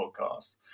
podcast